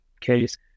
case